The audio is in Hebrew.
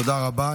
תודה רבה.